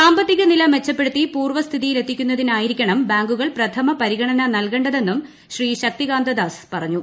സാമ്പത്തിക നില മെച്ചപ്പെടുത്തി പൂർവസ്ഥിതിയിലെത്തിക്കുന്നതിനായിരിക്കണം ബാങ്കുകൾ പ്രഥമ പരിഗണന നൽകേണ്ടതെന്നും ശ്രീ ശക്തികാന്തദാസ് പറഞ്ഞു